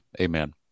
Amen